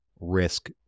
risk